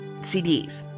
CDs